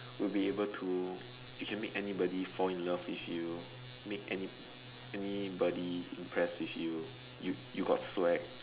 would be able to you can make anybody fall in love with you make any anybody impressed with you you you got swag